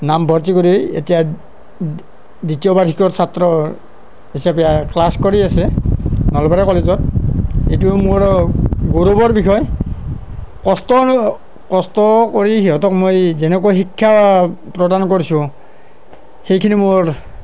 নামভৰ্তি কৰি এতিয়া দ্বিতীয় বাৰ্ষিকৰ ছাত্ৰ হিচাপে ক্লাছ কৰি আছে নলবাৰী কলেজত এইটো মোৰ গৌৰৱৰ বিষয় কষ্ট কষ্ট কৰি সিহঁতক মই এই যেনেকুৱা শিক্ষা প্ৰদান কৰিছোঁ সেইখিনি মোৰ